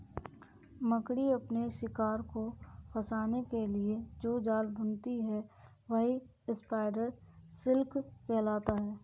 मकड़ी अपने शिकार को फंसाने के लिए जो जाल बुनती है वही स्पाइडर सिल्क कहलाता है